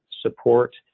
support